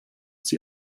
die